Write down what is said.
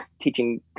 teaching